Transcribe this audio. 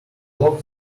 loss